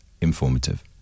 Informative